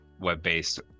web-based